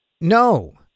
no